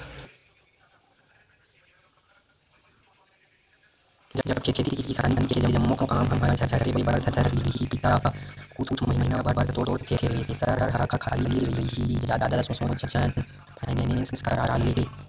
जब खेती किसानी के जम्मो काम ह झरे बर धर लिही ता कुछ महिना बस तोर थेरेसर ह खाली रइही जादा सोच झन फायनेंस करा ले